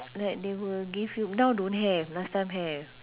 like they will give you now don't have last time have